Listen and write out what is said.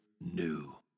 new